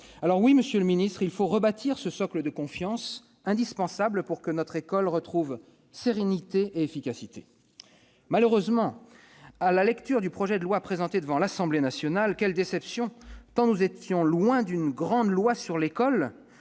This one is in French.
Oui, monsieur le ministre, il faut rebâtir ce socle de confiance indispensable pour que notre école retrouve sérénité et efficacité. Malheureusement, à la lecture du projet de loi déposé à l'Assemblée nationale, quelle déception, tant, loin d'une grande loi sur l'école,